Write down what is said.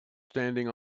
standing